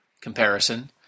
comparison